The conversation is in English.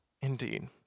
Indeed